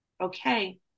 okay